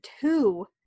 two